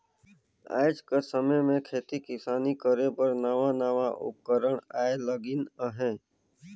आएज कर समे में खेती किसानी करे बर नावा नावा उपकरन आए लगिन अहें